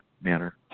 manner